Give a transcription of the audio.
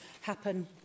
happen